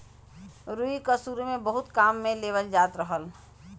रुई क सुरु में बहुत काम में लेवल जात रहल